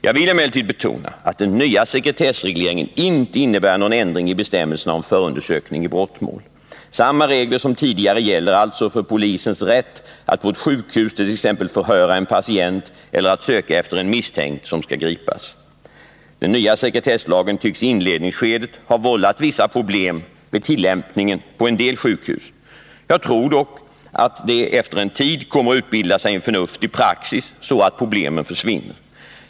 Jag vill emellertid betona att den nya sekretessregleringen inte innebär någon ändring i bestämmelserna om förundersökning i brottmål. Samma regler som tidigare gäller alltså för polisens rätt att på ett sjukhus t.ex. förhöra en patient eller att söka efter en misstänkt som skall gripas. Den nya sekretesslagen tycks i inledningsskedet ha vållat vissa problem vid tillämpningen på en del sjukhus. Jag tror dock att det efter en tid kommer att utbildas en förnuftig praxis så att problemen försvinner.